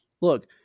look